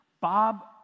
Bob